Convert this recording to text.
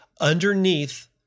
underneath